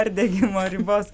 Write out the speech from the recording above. perdegimo ribos